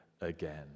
again